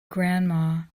grandma